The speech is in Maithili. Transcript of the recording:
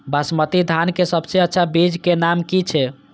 बासमती धान के सबसे अच्छा बीज के नाम की छे?